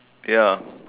ya